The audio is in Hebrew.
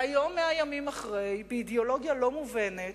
והיום, 100 ימים אחרי, באידיאולוגיה לא מובנת,